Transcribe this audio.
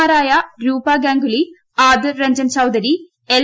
മാരായ രൂപ ഗാംഗുലി ആദിർ രഞ്ജൻ ചൌധരി എൽ